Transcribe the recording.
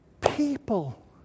people